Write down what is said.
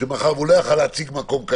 שמאחר שלא יכול היה להציג מקום,